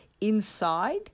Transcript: inside